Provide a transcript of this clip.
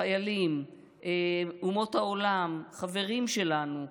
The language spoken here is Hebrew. חיילים, אומות העולם, חברים שלנו,